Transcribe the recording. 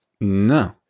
No